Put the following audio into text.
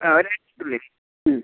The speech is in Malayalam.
അതെ ഒരാഴ്ച്ചക്കുള്ളിൽ